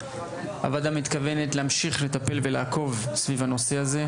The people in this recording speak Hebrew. הוועדה מתכוונת להמשיך לטפל ולעקוב סביב הנושא הזה,